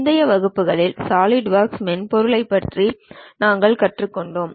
முந்தைய வகுப்புகளில் சாலிட்வொர்க்ஸ் மென்பொருளைப் பற்றி நாங்கள் கற்றுக்கொண்டோம்